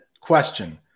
question